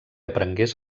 aprengués